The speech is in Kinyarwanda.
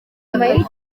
nyina